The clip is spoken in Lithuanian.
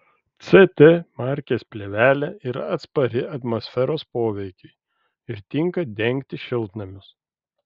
ct markės plėvelė yra atspari atmosferos poveikiui ir tinka dengti šiltnamius